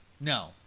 No